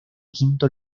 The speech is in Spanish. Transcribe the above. quinto